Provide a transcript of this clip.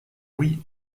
oui